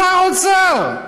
שר אוצר,